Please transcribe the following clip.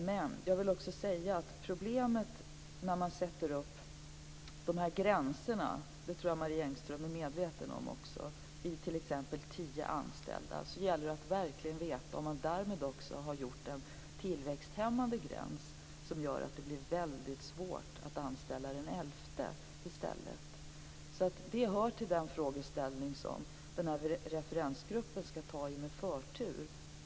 Men jag vill också säga att problemet med att sätta upp gränser - det tror jag att Marie Engström är medveten om också - vid t.ex. tio anställda, är att det gäller att veta om man därmed också har satt en tillväxthämmande gräns som gör att det blir väldigt svårt att anställa den elfte i stället. Det hör till den frågeställning som referensgruppen skall ta tag i med förtur.